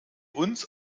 uns